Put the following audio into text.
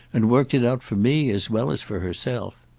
and worked it out for me as well as for herself.